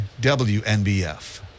WNBF